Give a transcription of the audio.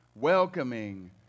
welcoming